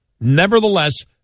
Nevertheless